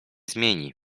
zmieni